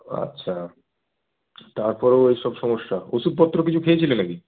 আচ্ছা তারপরও এইসব সমস্যা ওষুধপত্র কিছু খেয়েছিলে নাকি